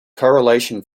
correlation